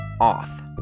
off